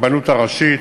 הרבנות הראשית,